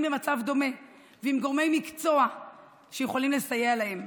במצב דומה ועם גורמי מקצוע שיכולים לסייע להם.